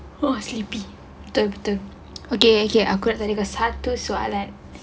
oh sleepy betul betul okay okay aku nak tanya kau satu soalan